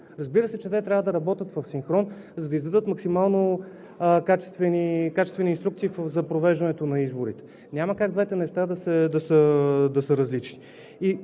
Разбира се, че те трябва да работят в синхрон, за да издадат максимално качествени инструкции за провеждането на изборите. Няма как двете неща да са различни.